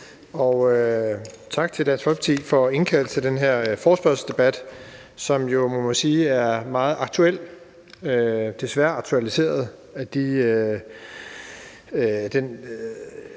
Tak til Dansk Folkeparti for at indkalde til den her forespørgselsdebat, som jo, må man sige, er meget aktuel – desværre aktualiseret